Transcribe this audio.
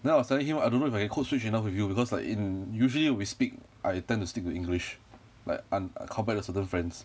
then I was telling him I don't know if I can code switch enough with you because like in usually we speak I tend to stick to english like um compared to certain friends